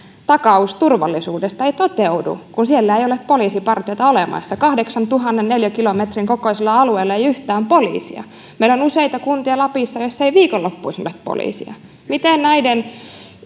takaus turvallisuudesta ei toteudu kun siellä ei ole poliisipartiota olemassa kahdeksantuhannen neliökilometrin kokoisella alueella ei ole yhtään poliisia meillä on lapissa useita kuntia joissa ei viikonloppuisin ole poliisia miten näiden